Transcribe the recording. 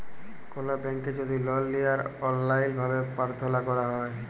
call ব্যাংকে যদি লল লিয়ার অললাইল ভাবে পার্থলা ক্যরা হ্যয়